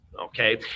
Okay